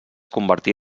convertí